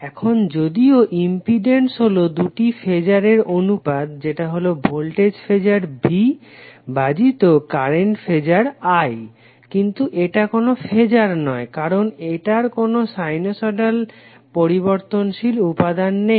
এখন যদিও ইম্পিডেন্স হলো দুটি ফেজারের অনুপাত যেটা হলো ভোল্টেজ ফেজার V ভাজিত কারেন্ট ফেজার I কিন্তু এটা কোনো ফেজার নয় কারণ এটার কোনো সাইনোসইডাল পরিবর্তনশীল উপাদান নেই